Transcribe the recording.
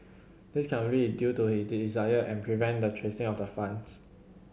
this can only is due to his desire and prevent the tracing of the funds